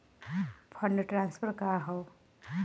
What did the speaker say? Fund transfer का हव?